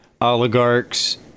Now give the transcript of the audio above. oligarchs